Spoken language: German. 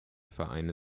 vereine